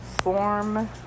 form